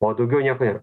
o daugiau nieko nėra